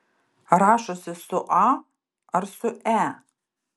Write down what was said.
rašosi su a ar su e